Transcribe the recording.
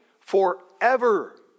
forever